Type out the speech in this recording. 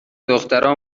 دخترها